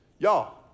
Y'all